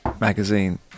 magazine